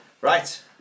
Right